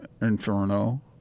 Inferno